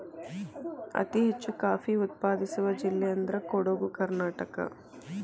ಅತಿ ಹೆಚ್ಚು ಕಾಫಿ ಉತ್ಪಾದಿಸುವ ಜಿಲ್ಲೆ ಅಂದ್ರ ಕೊಡುಗು ಕರ್ನಾಟಕ